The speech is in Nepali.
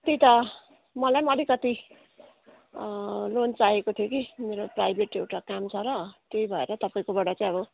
त्यही त मलाई पनि अलिकति लोन चाहिएको थियो कि मेरो प्राइभेट एउटा काम छ र त्यही भएर तपाईँकोबाट चाहिँ अब